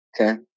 Okay